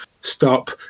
stop